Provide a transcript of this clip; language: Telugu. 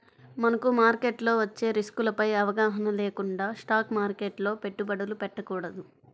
మనకు మార్కెట్లో వచ్చే రిస్కులపై అవగాహన లేకుండా స్టాక్ మార్కెట్లో పెట్టుబడులు పెట్టకూడదు